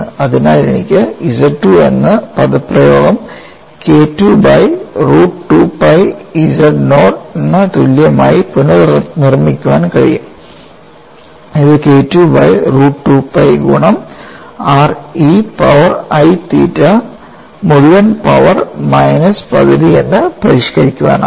അതിനാൽ എനിക്ക് Z II എന്ന് പദപ്രയോഗം K II by root 2 pi z nought ന് തുല്യമായി പുനർനിർമിക്കാൻ കഴിയും ഇത് K II by root 2 pi ഗുണം r e power i theta മുഴുവൻ പവർ മൈനസ് പകുതി എന്ന് പരിഷ്കരിക്കാനാകും